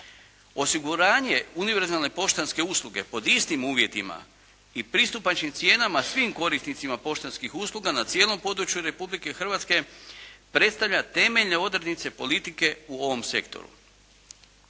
Osiguranje univerzalne poštanske usluge pod istim uvjetima i pristupačnim cijenama svim korisnicima poštanskih usluga na cijelom području Republike Hrvatske predstavlja temeljne odrednice politike u ovom sektoru.